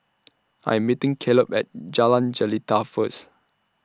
I Am meeting Kaleb At Jalan Jelita First